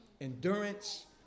endurance